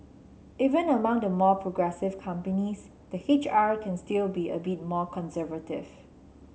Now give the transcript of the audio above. even among the more progressive companies the H R can still be a bit more conservative